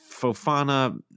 fofana